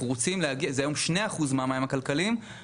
כיום זה שני אחוז מהמים הכלכליים.